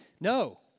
no